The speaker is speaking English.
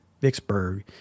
Vicksburg